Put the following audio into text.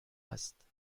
است